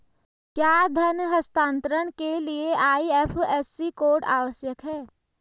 क्या धन हस्तांतरण के लिए आई.एफ.एस.सी कोड आवश्यक है?